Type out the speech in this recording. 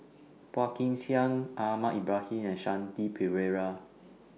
Phua Kin Siang Ahmad Ibrahim and Shanti Pereira